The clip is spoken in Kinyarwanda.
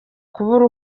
kubura